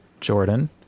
Jordan